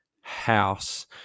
house